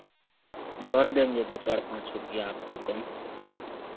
कर देंगे दो चार पाँच रुपैया आपको कम